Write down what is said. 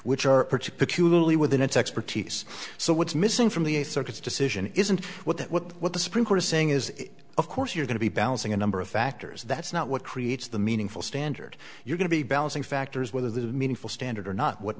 which are particularly within its expertise so what's missing from the circuit's decision isn't what the what the supreme court is saying is of course you're going to be balancing a number of factors that's not what creates the meaningful standard you're going to be balancing factors whether there's meaningful standard or not what